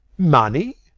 money?